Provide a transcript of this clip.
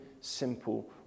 simple